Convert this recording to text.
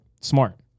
smart